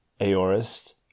aorist